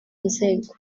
nzego